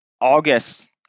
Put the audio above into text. August